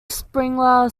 springer